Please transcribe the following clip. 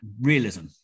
realism